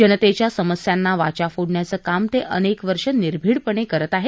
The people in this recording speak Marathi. जनतेच्या समस्यांना वाचा फोडण्याचं काम ते अनेक वर्ष निर्भीडपणे करत आहेत